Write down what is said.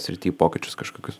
srity pokyčius kažkokius